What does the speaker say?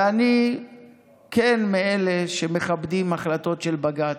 ואני כן מאלה שמכבדים החלטות של בג"ץ.